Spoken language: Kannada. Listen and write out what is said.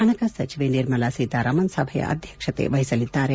ಹಣಕಾಸು ಸಚಿವೆ ನಿರ್ಮಲಾ ಸೀತಾರಾಮನ್ ಸಭೆಯ ಅಧ್ಯಕ್ಷತೆ ವಹಿಸಲಿದ್ದಾರೆ